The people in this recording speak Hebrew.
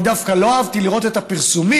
אני דווקא לא אהבתי לראות את הפרסומים